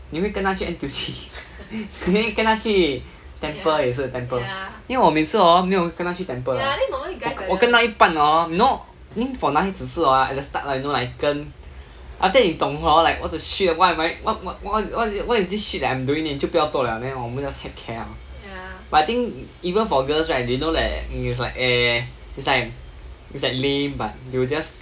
你会跟他去 N_T_U_C 你会跟他去 temple 也是 temple 因为我每次 hor 我没有跟她去 temple 的我跟我跟她一半 hor you know I think for 男孩子是 hor at the start you know like 跟 after that 你懂 hor like what the shit what am I what what wha~ what is this shit that I am doing then 你就不要做了我们 just heck care 了 but I think even for girls right they know that is like eh is like is like lame but you just